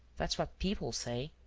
that's what people say.